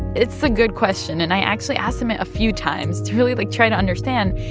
it's a good question. and i actually asked him him a few times to really, like, try to understand.